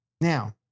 Now